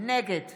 נגד